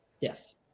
Yes